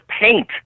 paint